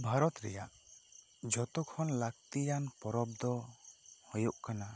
ᱵᱷᱟᱨᱚᱛ ᱨᱮᱭᱟᱜ ᱡᱚᱛᱚ ᱠᱷᱚᱱ ᱞᱟᱹᱠᱛᱤᱭᱟᱱ ᱯᱚᱨᱚᱵᱽ ᱫᱚ ᱦᱩᱭᱩᱜ ᱠᱟᱱᱟ